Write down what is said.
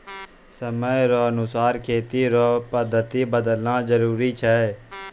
समय रो अनुसार खेती रो पद्धति बदलना जरुरी छै